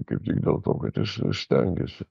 kaip tik dėl to kad jis ir stengiasi